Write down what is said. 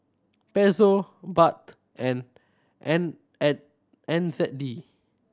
Peso Baht and N N Z D